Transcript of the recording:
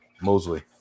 Mosley